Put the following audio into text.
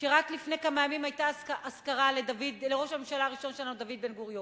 שרק לפני כמה ימים היתה אזכרה לראש הממשלה הראשון שלנו דוד בן-גוריון.